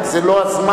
רק זה לא הזמן,